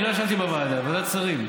אני לא ישבתי בוועדה, ועדת שרים.